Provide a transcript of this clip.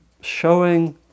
showing